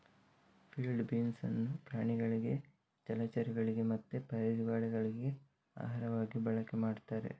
field beans ಅನ್ನು ಪ್ರಾಣಿಗಳಿಗೆ ಜಲಚರಗಳಿಗೆ ಮತ್ತೆ ಪಾರಿವಾಳಗಳಿಗೆ ಆಹಾರವಾಗಿ ಬಳಕೆ ಮಾಡ್ತಾರೆ